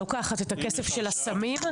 לוקחת את הכסף של הסמים,